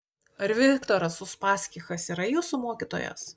ar viktoras uspaskichas yra jūsų mokytojas